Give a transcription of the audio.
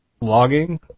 Logging